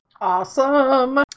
awesome